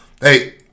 hey